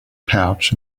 pouch